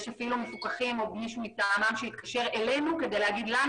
יש אפילו מפוקחים או מי מטעמם שהתקשר אלינו כדי להגיד לנו